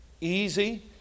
easy